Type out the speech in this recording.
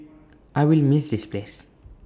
I will miss this place